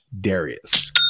Darius